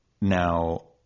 Now